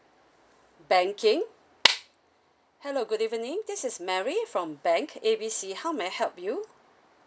banking hello good evening this is mary from bank A B C how may I help you